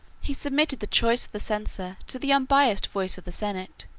he submitted the choice of the censor to the unbiased voice of the senate.